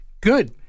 Good